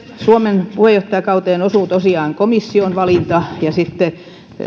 suomen puheenjohtajakauteen osuu tosiaan komission valinta ja myöskin